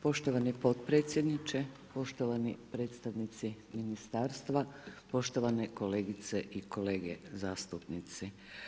Poštovani potpredsjedniče, poštovani predstavnici ministarstva, poštovane kolegice i kolege zastupnici.